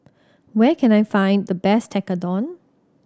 where can I find the best Tekkadon